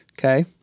Okay